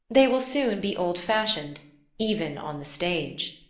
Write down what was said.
they will soon be old-fashioned even on the stage.